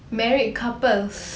married couples